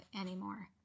anymore